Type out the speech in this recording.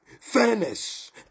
fairness